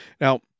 Now